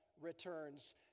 returns